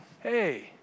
Hey